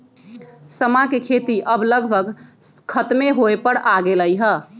समा के खेती अब लगभग खतमे होय पर आ गेलइ ह